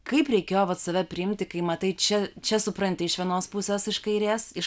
kaip reikėjo vat save priimti kai matai čia čia supranti iš vienos pusės iš kairės iš